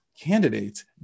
candidates